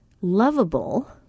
lovable